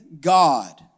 God